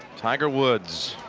tiger woods